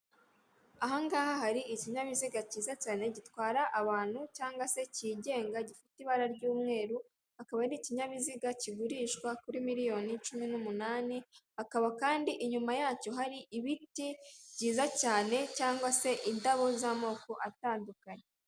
Aha ngaha hari ikinyabiziga cyiza cyane gitwara abantu cyangwa se cyigenga gifite ibara ry'umweru, akaba ari ikinyabiziga kigurishwa kuri miliyoni cumi n'umunani, akaba kandi inyuma yacyo hari ibiti byiza cyane cyangwa se indabo z'amoko atandukanye.